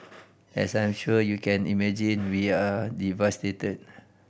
as I'm sure you can imagine we are devastated